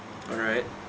alright